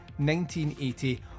1980